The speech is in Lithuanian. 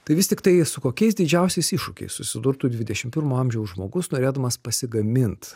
tai vis tiktai su kokiais didžiausiais iššūkiais susidurtų dvidešim pirmo amžiaus žmogus norėdamas pasigamint